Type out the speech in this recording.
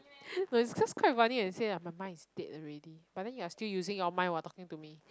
no it's just quite funny to say that my mind is dead already but then you are still using your mind while talking to me